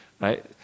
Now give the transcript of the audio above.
Right